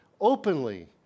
openly